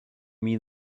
mean